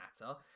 matter